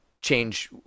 change